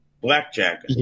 Blackjack